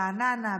ברעננה,